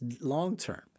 long-term